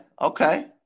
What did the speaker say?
Okay